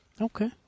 Okay